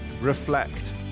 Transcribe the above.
reflect